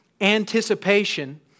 Anticipation